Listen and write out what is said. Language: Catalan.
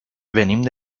venim